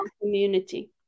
community